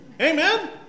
Amen